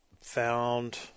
found